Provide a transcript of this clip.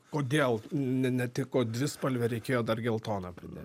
kodėl ne netiko dvispalvė reikėjo dar geltoną pridėt